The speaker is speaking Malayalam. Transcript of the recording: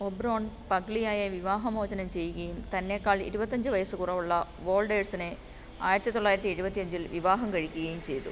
ഒബ്റോൺ പഗ്ലിയായെ വിവാഹമോചനം ചെയ്യുകയും തന്നേക്കാൾ ഇരുപത്തി അഞ്ച് വയസ്സ് കുറവുള്ള വോൾഡേഴ്സിനെ ആയിരത്തി തൊള്ളായിരത്തി എഴുപത്തി അഞ്ചിൽ വിവാഹം കഴിക്കുകയും ചെയ്തു